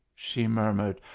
she murmured,